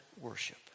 worship